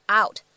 out